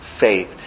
faith